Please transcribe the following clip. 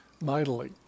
mightily